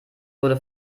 wurde